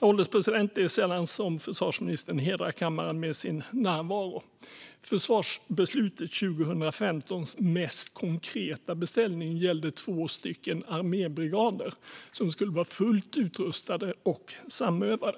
Herr ålderspresident! Det är sällan försvarsministern hedrar kammaren med sin närvaro. Den mest konkreta beställningen i försvarsbeslutet 2015 gällde två armébrigader som skulle vara fullt utrustade och samövade.